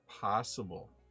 possible